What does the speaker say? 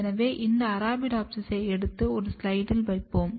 எனவே இந்த அரபிடோப்சிஸை எடுத்து ஒரு ஸ்லைடில் வைப்போம்